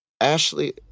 Ashley